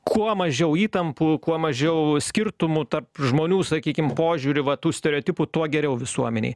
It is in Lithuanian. kuo mažiau įtampų kuo mažiau skirtumų tarp žmonių sakykim požiūrių va tų stereotipų tuo geriau visuomenei